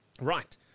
right